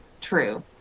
True